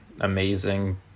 amazing